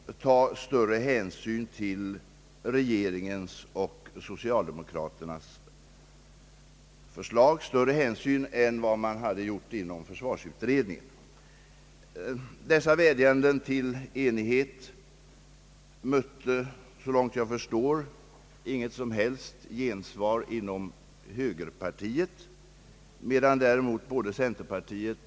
De erfarenheter som vi skaffat oss under denna period och framför allt de erfarenheter man får när man även anslagsmässigt bryter emot de riktlinjer vi hade 1963, de pekar på att ett sådant planeringssystem inte kan bibehållas. Jag hoppas att också herr Bohman har insett detta. Det var högern som kämpade för och lyckades få med i kompromissen att planeringsnivån skulle ligga högre än anslagsnivån. Detta ställer oss nu inför svårigheter, något som flera talare här konstaterat. Därför har också både mittenpartiernas och socialdemokraternas representanter i försvarsutredningen tänkt sig en — så långt jag förstår — annan ordning i framtiden än den nuvarande.